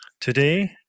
today